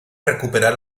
recuperar